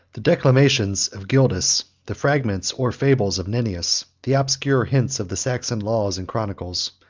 the declamations of gildas, the fragments, or fables, of nennius, the obscure hints of the saxon laws and chronicles,